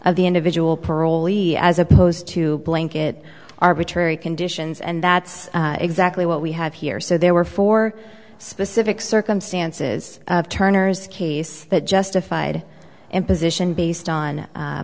of the individual parolee as opposed to blanket arbitrary conditions and that's exactly what we have here so there were four specific circumstances of turner's case that justified imposition based on